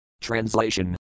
Translation